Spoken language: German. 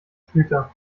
schlüter